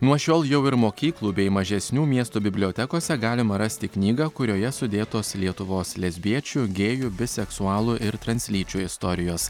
nuo šiol jau ir mokyklų bei mažesnių miestų bibliotekose galima rasti knygą kurioje sudėtos lietuvos lesbiečių gėjų biseksualų ir translyčių istorijos